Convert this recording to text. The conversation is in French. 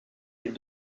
les